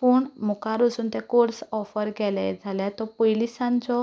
पूण मुखार वचून ते कोर्स ऑफर केले जाल्यार तो पयलींसान जो